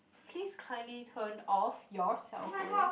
please kindly turn off your cell phones